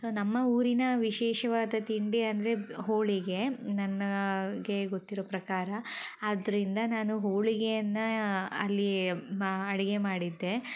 so ನಮ್ಮ ಊರಿನ ವಿಶೇಷವಾದ ತಿಂಡಿ ಅಂದರೆ ಹೋಳಿಗೆ ನನಗೆ ಗೊತ್ತಿರೋ ಪ್ರಕಾರ ಆದ್ದರಿಂದ ನಾನು ಹೋಳಿಗೆಯನ್ನು ಅಲ್ಲಿ ಮಾ ಅಡಿಗೆ ಮಾಡಿದ್ದೆ